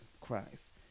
Christ